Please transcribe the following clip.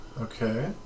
Okay